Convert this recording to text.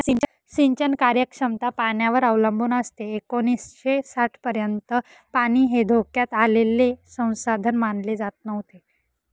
सिंचन कार्यक्षमता पाण्यावर अवलंबून असते एकोणीसशे साठपर्यंत पाणी हे धोक्यात आलेले संसाधन मानले जात नव्हते